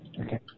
Okay